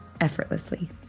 effortlessly